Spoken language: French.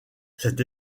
cette